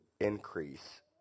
increase